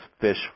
fish